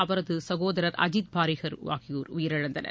அவரது சகோதரர் அஜித் பாரிஹர் ஆகியோர் உயிரிழந்தனர்